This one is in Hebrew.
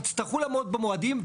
יצטרכו לעמוד במועדים,